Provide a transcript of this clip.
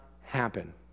happen